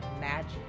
magic